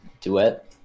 duet